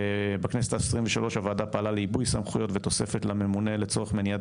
בכנסת ה-23 הוועדה פעלה לעיבוי סמכויות ותוספת לממונה לצורך מניעת